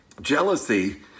Jealousy